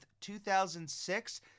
2006